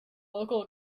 local